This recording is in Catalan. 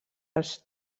als